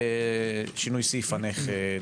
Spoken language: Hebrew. שינוי סעיף הנכד,